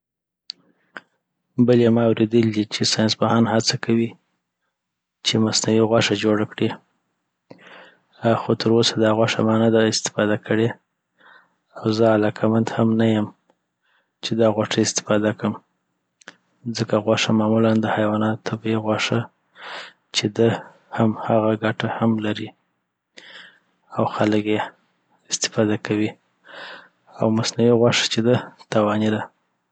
بلي ما اوریدلې دی چي ساینسپوهان هڅه کوي چي مصنوعي غوښه جوړه کې آ خو تراوسه دا غوښه ما نده استفاده کړې او زه علاقمند هم نه یم چي داغوښه استفاده کم ځکه غوښه معمولا د حیواناتو طبعې غوښه چي ده هم هغه آ ګټه هم لري اوخلک یي استفاده کوي او مصنوعي غوښه چی ده تاواني ده